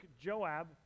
Joab